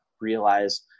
realize